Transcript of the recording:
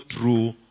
true